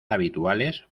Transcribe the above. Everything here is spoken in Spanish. habituales